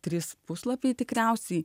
trys puslapiai tikriausiai